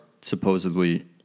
supposedly